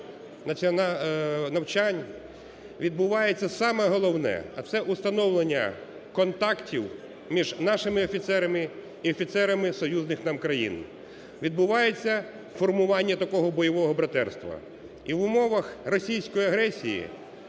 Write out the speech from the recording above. багатонаціональних навчань відбувається саме головне, а це установлення контактів між нашими офіцерами і офіцерами союзних нам країн, відбувається формування такого бойового братерства. І в умовах російської агресії